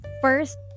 first